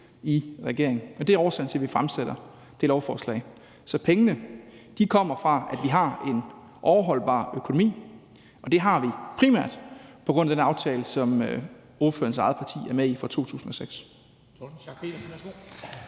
i regering. Og det er årsagen til, at vi fremsætter det lovforslag. Så pengene kommer fra, at vi har en overholdbar økonomi, og det har vi primært på grund af den aftale fra 2006, som ordførerens eget parti er med i. Kl.